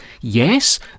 yes